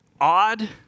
odd